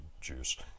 juice